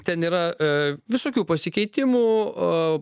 ten yra visokių pasikeitimų o